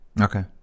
Okay